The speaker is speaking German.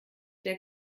der